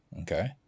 Okay